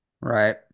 right